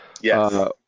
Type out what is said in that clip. Yes